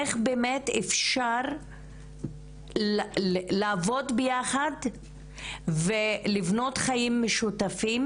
איך באמת אפשר לעבוד ביחד ולבנות חיים משותפים,